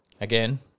again